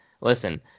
listen